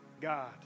God